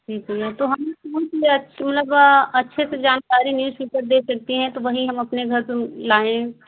ठीक है भैया तो हम सुबह सुबह असु लगा अच्छे से जानकारी नहीं उसकी पर दे सकते हैं तो वही हम अपने घर से लाए हैं